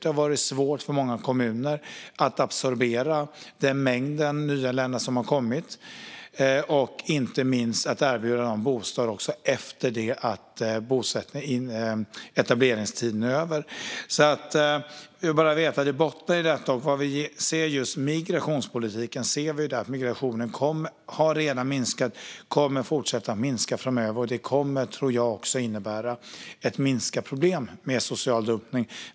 Det har varit svårt för många kommuner att absorbera den mängd nyanlända som kommit och inte minst att erbjuda dem bostad när etableringstiden är över. Detta bottnar alltså även i migrationspolitiken. Nu har migrationen redan minskat, och den kommer att fortsätta minska framöver. Det tror jag kommer att innebära ett minskat problem med social dumpning.